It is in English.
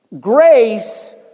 Grace